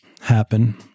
happen